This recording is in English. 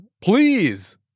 Please